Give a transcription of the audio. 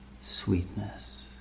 sweetness